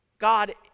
God